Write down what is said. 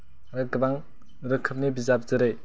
आरो गोबां रोखोमनि बिजाब जेरै